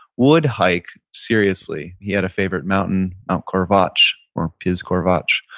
would hike seriously. he had a favorite mountain, mount corvatsch or piz corvatsch.